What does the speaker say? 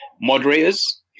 moderators